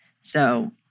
So-